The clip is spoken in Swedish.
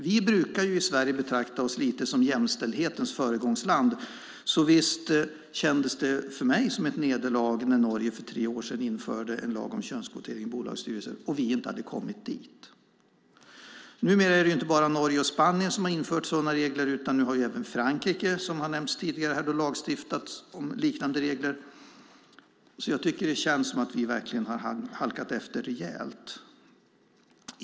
Vi brukar i Sverige betrakta oss lite som jämställdhetens föregångsland, så visst kändes det för mig som ett nederlag när Norge för tre år sedan införde en lag om könskvotering i bolagsstyrelser och vi inte hade kommit dit. Numera är det inte bara Norge och Spanien som infört sådana regler, utan även Frankrike har lagstiftat om liknande regler. Det känns som att vi halkat efter rätt rejält.